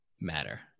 matter